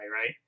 right